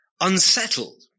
unsettled